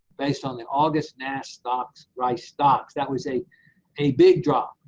based on the august nass stocks rice stocks. that was a a big drop.